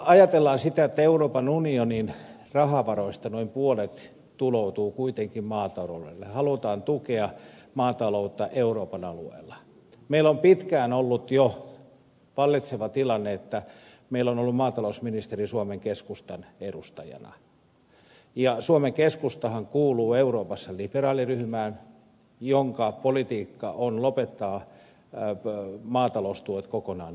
ajatellaan sitä että euroopan unionin rahavaroista noin puolet tuloutuu kuitenkin maataloudelle halutaan tukea maataloutta euroopan alueella mutta meillä on jo pitkään ollut vallitseva tilanne että meillä on suomen keskustan edustaja ollut maatalousministerinä ja suomen keskustahan kuuluu euroopassa liberaaliryhmään jonka politiikka on lopettaa maataloustuet kokonaan euroopasta